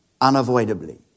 unavoidably